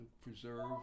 preserve